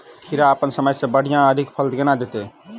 खीरा अप्पन समय सँ बढ़िया आ अधिक फल केना देत?